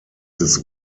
des